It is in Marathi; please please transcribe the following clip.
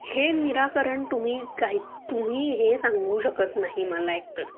हे निराकरण तुम्ही काही तुम्ही हे सांगू शकत नाही मला एकतर